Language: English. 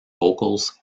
vocals